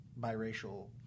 biracial